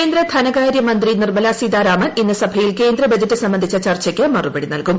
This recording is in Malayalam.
കേന്ദ്ര ധനക്കാര്യമന്ത്രി നിർമ്മലാ സീതാരാമൻ ഇന്ന് സഭയിൽ കേന്ദ്ര ബഡ്ജറ്റ് സംബന്ധിച്ചു ചർച്ചയ്ക്ക് മറുപടി നൽകും